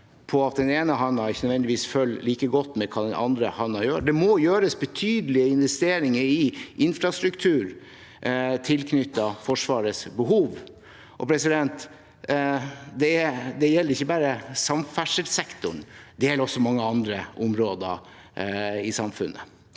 på at den ene hånden ikke nødvendigvis følger like godt med på hva den andre hånden gjør. Det må gjøres betydelige investeringer i infrastruktur tilknyttet Forsvarets behov, og det gjelder ikke bare samferdselssektoren, det gjelder også mange andre områder i samfunnet.